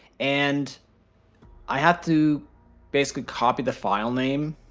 and i have to basically copy the file name.